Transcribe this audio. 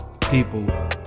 people